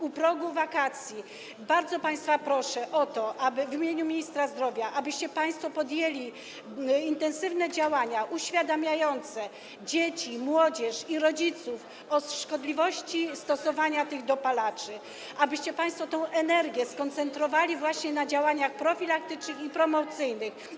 U progu wakacji bardzo państwa proszę w imieniu ministra zdrowia, abyście państwo podjęli intensywne działania uświadamiające dzieci, młodzież i rodziców w zakresie szkodliwości stosowania tych dopalaczy, abyście państwo tę energię skoncentrowali właśnie na działaniach profilaktycznych i promocyjnych.